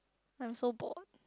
I'm so bored